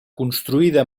construïda